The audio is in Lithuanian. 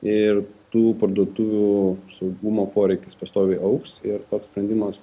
ir tų parduotuvių saugumo poreikis pastoviai augs ir toks sprendimas